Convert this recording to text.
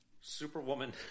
Superwoman